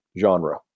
Genre